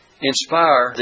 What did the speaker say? inspire